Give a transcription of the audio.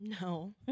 no